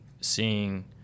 seeing